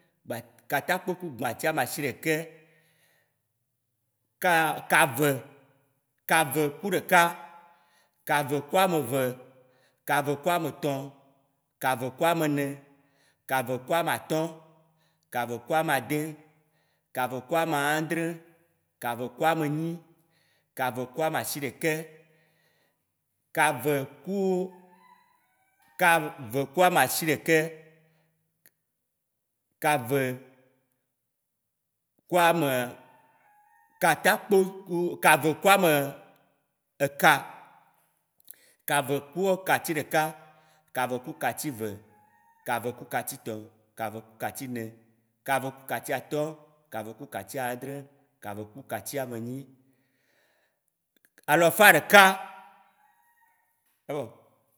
gbã katakpo ku gbã ti amasiɖeke, ka- kave, kave ku ɖeka, kave ku ameve, kave ku ametɔ, kave ku amene, kave ku amatɔ̃, kave ku amade, kave ku amadre, kave ku amenyi, kave ku amasiɖeke Kave ku kave ku amasiɖeke, kave ku ame katakpo oh, kave ku ame eka, kave ku Kati ɖeka, kave ku kati eve, kave ku kati etɔ, kave ku kati ene, kave ku Kati atɔ̃, kave ku kati ade, kave ku kati enyi, alafa ɖeka evɔ.